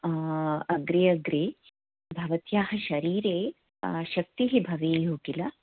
अग्रे अग्रे भवत्याः शरीरे शक्तिः भवेयुः किल